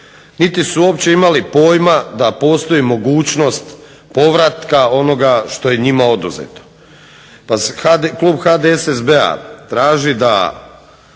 niti su uopće imali pojma da postoji mogućnost povratka onoga što je njima oduzeto pa klub HDSSB-a traži da